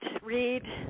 read